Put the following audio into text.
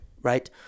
right